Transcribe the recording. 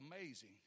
amazing